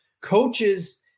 coaches